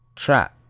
trappe,